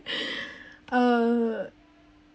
uh